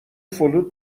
فلوت